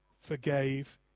forgave